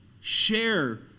Share